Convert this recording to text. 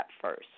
first